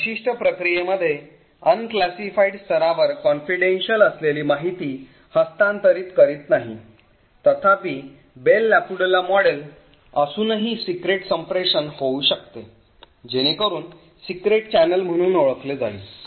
या विशिष्ट प्रक्रिये मध्ये unclassified स्तरावर confidential असलेली माहिती हस्तांतरित करीत नाही तथापि बेल लापॅडुला मॉडेल असूनही सिक्रेट संप्रेषण होऊ शकते जेणेकरून सिक्रेट चॅनेल म्हणून ओळखले जाईल